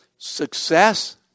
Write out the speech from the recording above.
Success